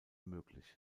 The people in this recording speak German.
möglich